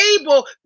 able